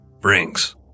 brings